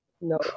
No